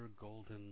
golden